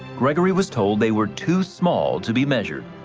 gregory was told they were too small to be measured.